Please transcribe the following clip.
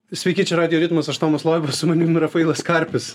sveiki čia radijo ritmas aš tomas loiba su manim rafailas karpis